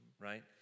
Right